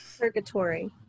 purgatory